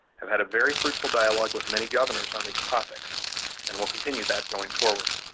have had a very fruitful dialogue with many governors on these topics and we'll continue that going forward.